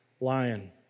lion